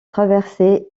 traverser